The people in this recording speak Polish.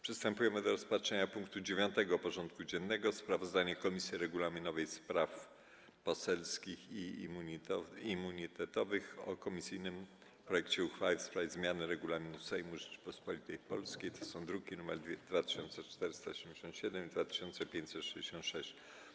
Przystępujemy do rozpatrzenia punktu 9. porządku dziennego: Sprawozdanie Komisji Regulaminowej, Spraw Poselskich i Immunitetowych o komisyjnym projekcie uchwały w sprawie zmiany Regulaminu Sejmu Rzeczypospolitej Polskiej (druki nr 2477 i 2566)